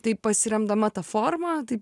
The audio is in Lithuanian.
tai pasiremdama ta forma taip